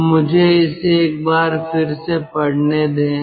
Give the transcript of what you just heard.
तो मुझे इसे एक बार फिर से पढ़ने दें